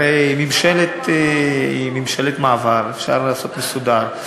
הרי זו ממשלת מעבר ואפשר לעשות, מסודר.